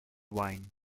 wine